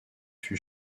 fut